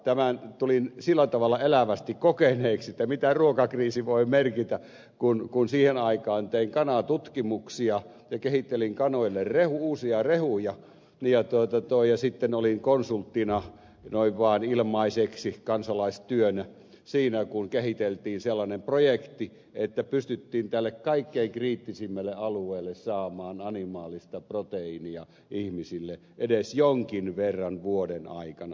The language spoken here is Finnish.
tämän tulin sillä tavalla elävästi kokeneeksi mitä ruokakriisi voi merkitä kun siihen aikaan tein kanatutkimuksia ja kehittelin kanoille uusia rehuja ja sitten olin konsulttina noin vaan ilmaiseksi kansalaistyönä siinä kun kehiteltiin sellainen projekti että pystyttiin tälle kaikkein kriittisimmälle alueelle saamaan animaalista proteiinia ihmisille edes jonkin verran vuoden aikana